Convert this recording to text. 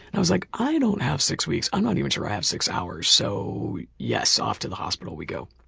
i was like, i don't have six weeks i'm not even sure if i have six hours, so, yes, off to the hospital we go.